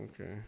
Okay